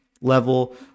level